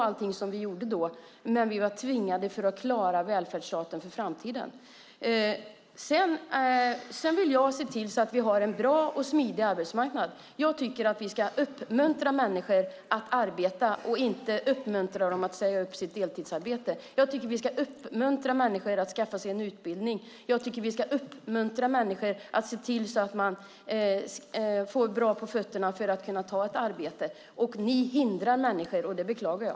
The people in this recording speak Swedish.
Allting som vi gjorde då var inte bra, men vi var tvingade för att klara välfärdsstaten för framtiden. Sedan vill jag se till att vi har en bra och smidig arbetsmarknad. Jag tycker att vi ska uppmuntra människor att arbeta och inte uppmuntra dem att säga upp sitt deltidsarbete. Jag tycker att vi ska uppmuntra människor att skaffa sig en utbildning. Jag tycker att vi ska uppmuntra människor att se till att få bra på fötterna för att kunna ta ett arbete. Ni hindrar människor. Det beklagar jag.